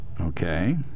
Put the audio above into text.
Okay